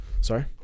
sorry